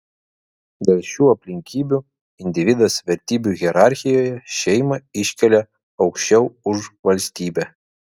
dėl šių aplinkybių individas vertybių hierarchijoje šeimą iškelia aukščiau už valstybę